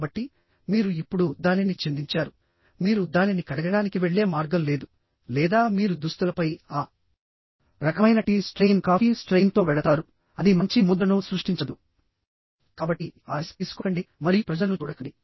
కాబట్టి మీరు ఇప్పుడు దానిని చిందించారు మీరు దానిని కడగడానికి వెళ్ళే మార్గం లేదు లేదా మీరు దుస్తులపై ఆ రకమైన టీ స్ట్రెయిన్ కాఫీ స్ట్రెయిన్తో వెళతారు అది మంచి ముద్రను సృష్టించదు కాబట్టి ఆ రిస్క్ తీసుకోకండి మరియు ప్రజలను చూడకండి